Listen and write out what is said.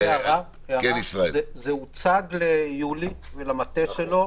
זה הוצג ליולי ולמטה שלו.